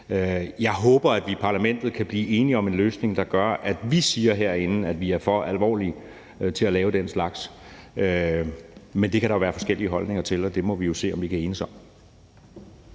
Jeg håber, at vi i parlamentet kan blive enige om en løsning, der gør, at vi herinde siger, at vi er for alvorlige til at lave den slags, men det kan der jo være forskellige holdninger til, og det må vi se om vi kan enes om.